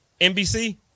NBC